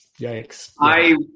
Yikes